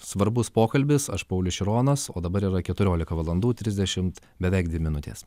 svarbus pokalbis aš paulius šironas o dabar yra keturiolika valandų trisdešimt beveik dvi minutės